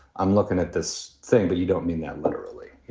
i'm looking at this thing, but you don't mean that literally. you